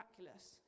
miraculous